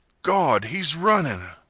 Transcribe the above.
gawd! he's runnin'!